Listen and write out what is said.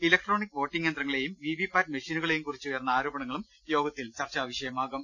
electronic voting യന്ത്രങ്ങളേയും VVPAT മെഷീനു കളേയും കുറിച്ച് ഉയർന്ന ആരോപണങ്ങളും യോഗത്തിൽ ചർച്ചാ വിഷയമാകും